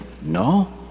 No